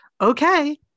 Okay